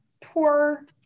poor